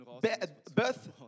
birth